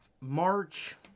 March